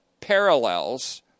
parallels